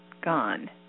Gone